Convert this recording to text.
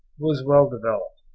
was well developed.